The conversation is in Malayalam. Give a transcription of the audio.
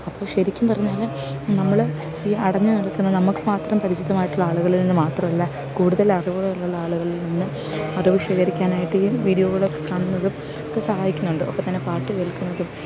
അപ്പോൾ ശരിക്കും പറഞ്ഞാൽ നമ്മൾ ഈ അടഞ്ഞു കിടക്കുന്ന നമുക്കു മാത്രം പരിചിതമായിട്ടുള്ള ആളുകളിൽ നിന്നു മാത്രമല്ല കൂടുതലറിവുകളുള്ള ആളുകളിൽ നിന്നും അടിവ് സ്വീകരിക്കാനായിട്ട് ഈ വീഡിയോകൾ കാണുന്നതും ഒക്കെ സഹായിക്കുന്നുണ്ട് ഒപ്പം തന്നെ പാട്ട് കേൾക്കുന്നതും